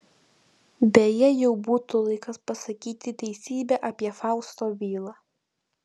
beje jau būtų laikas pasakyti teisybę apie fausto bylą